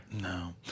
No